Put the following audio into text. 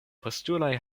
postuloj